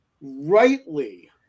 rightly